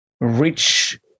rich